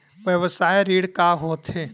व्यवसाय ऋण का होथे?